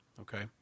okay